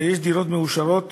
אלא יש דירות מאושרות,